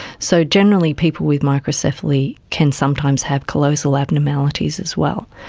so generally people with microcephaly can sometimes have callosal abnormalities as well.